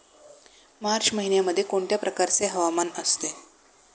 मार्च महिन्यामध्ये कोणत्या प्रकारचे हवामान असते?